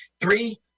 Three